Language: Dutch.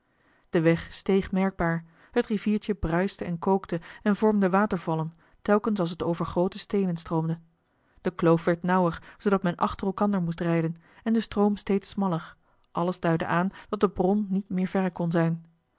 de weg steeg merkbaar het riviertje bruiste en kookte en vormde watervallen telkens als het over groote steenen stroomde de kloof werd nauwer zoodat men achter elkander moest rijden en de stroom steeds smaller alles duidde aan dat de bron niet meer verre kon zijn